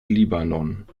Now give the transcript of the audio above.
libanon